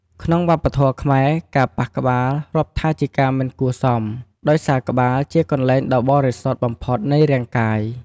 ក្នុងវប្បធម៌ខ្មែរ ការប៉ះក្បាលរាប់ថាជាការមិនគួរសម ដោយសារក្បាលជាកន្លែងដ៏បរិសុទ្ធបំផុតនៃរាងកាយ។